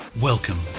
Welcome